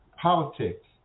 politics